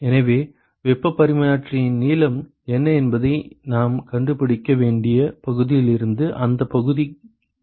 எனவே வெப்பப் பரிமாற்றியின் நீளம் என்ன என்பதை நாம் கண்டுபிடிக்க வேண்டிய பகுதியிலிருந்து அந்தப் பகுதி எனக்குச் சொல்லும்